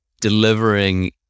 delivering